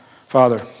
Father